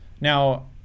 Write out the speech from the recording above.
now